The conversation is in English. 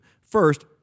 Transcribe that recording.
First